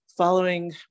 Following